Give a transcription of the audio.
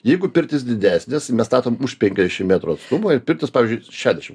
jeigu pirtis didesnis mes statom už penkiasdešim metrų atstumo ir pirtis pavyzdžiui šešiasdešim